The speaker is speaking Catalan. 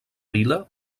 vila